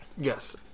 Yes